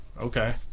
okay